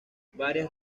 varias